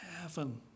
heaven